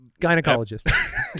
gynecologist